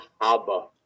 Haba